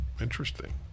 Interesting